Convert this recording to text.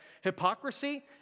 hypocrisy